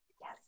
Yes